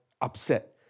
upset